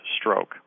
stroke